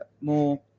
more